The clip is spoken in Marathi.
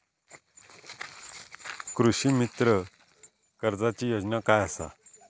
कृषीमित्र कर्जाची योजना काय असा?